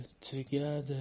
together